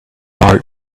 art